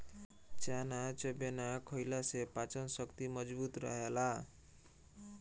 चना चबेना खईला से पाचन शक्ति मजबूत रहेला